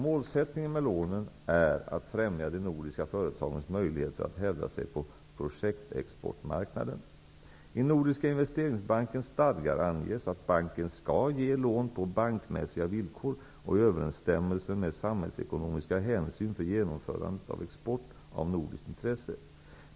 Målsättningen med lånen är att främja de nordiska företagens möjligheter att hävda sig på projektexportmarknaden. I Nordiska investeringsbankens stadgar anges att banken skall ge lån på bankmässiga villkor och i överensstämmelse med samhällsekonomiska hänsyn för genomförandet av export av nordiskt intresse.